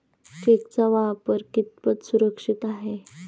चेकचा वापर कितपत सुरक्षित आहे?